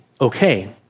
okay